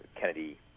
Kennedy